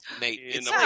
Nate